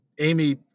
Amy